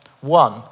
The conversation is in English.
One